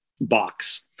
box